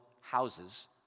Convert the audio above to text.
houses